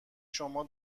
شما